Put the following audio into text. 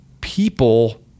people